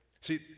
See